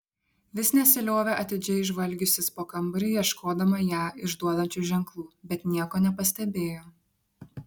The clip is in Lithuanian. vis nesiliovė atidžiai žvalgiusis po kambarį ieškodama ją išduodančių ženklų bet nieko nepastebėjo